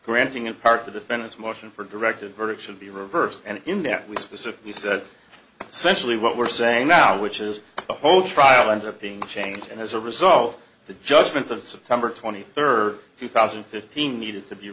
granting in part the defendant's motion for directed verdict should be reversed and in that we specifically said centrally what we're saying now which is the whole trial ended up being changed and as a result the judgment of september twenty third two thousand and fifteen needed to